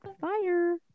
fire